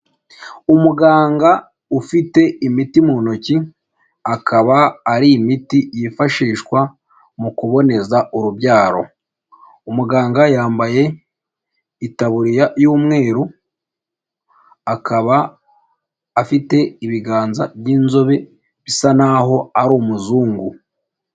Umuganga ufite imiti mu ntoki, akaba ari imiti yifashishwa mu kuboneza urubyaro, umuganga yambaye itaburiya y'umweru, akaba afite ibiganza by'inzobe bisa naho ari umuzungu.